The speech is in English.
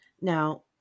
Now